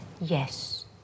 Yes